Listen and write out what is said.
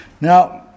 Now